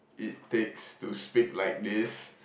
it takes to speak like this